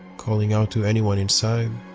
calling out to anyone inside.